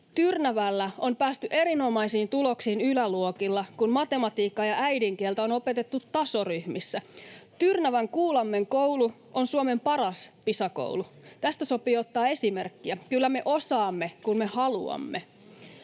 Tyrnävällä on päästy erinomaisiin tuloksiin yläluokilla, kun matematiikkaa ja äidinkieltä on opetettu tasoryhmissä. Tyrnävän Kuulammen koulu on Suomen paras Pisa-koulu. Tästä sopii ottaa esimerkkiä. Kyllä me osaamme, kun me haluamme.